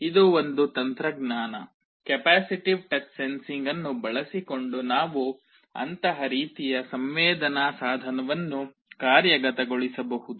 ಇದು ಒಂದು ತಂತ್ರಜ್ಞಾನ ಕೆಪ್ಯಾಸಿಟಿವ್ ಟಚ್ ಸೆನ್ಸಿಂಗ್ ಅನ್ನು ಬಳಸಿಕೊಂಡು ನಾವು ಅಂತಹ ರೀತಿಯ ಸಂವೇದನಾ ಸಾಧನವನ್ನು ಕಾರ್ಯಗತಗೊಳಿಸಬಹುದು